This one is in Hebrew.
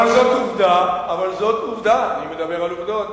אבל זאת עובדה, אני מדבר על עובדות.